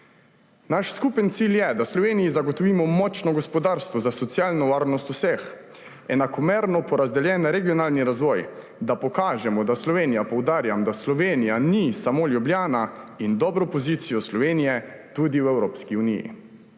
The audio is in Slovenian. Naš skupni cilj je, da Sloveniji zagotovimo močno gospodarstvo za socialno varnost vseh, enakomerno porazdeljen regionalni razvoj, da pokažemo, da Slovenija, poudarjam, da Slovenija ni samo Ljubljana, in dobro pozicijo tudi v Evropski uniji.